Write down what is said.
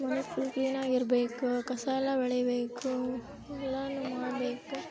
ಮನೆ ಫುಲ್ ಕ್ಲೀನಾಗಿರಬೇಕು ಕಸ ಎಲ್ಲ ಬಳಿಯಬೇಕು ಎಲ್ಲನೂ ಮಾಡಬೇಕು